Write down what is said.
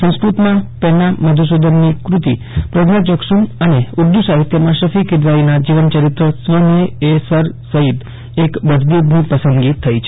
સંસ્કૃતમાં પેન્ના મધુસૂધનની કૃતિ પ્રજ્ઞાયક્ષુસમ્ અને ઉર્દુ સાહિત્યમાં શક્રી કીડવાઇના જીવનચરિત્ર સ્વનેહ એ સર સઇદ એક બજદીદની પસંદગી થઇ છે